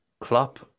Klopp